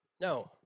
No